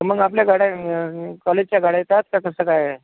मग आपल्या गाड्या म कॉलेजच्या गाड्या येतात का कसं काय आहे